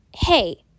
hey